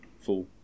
full